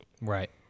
Right